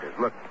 Look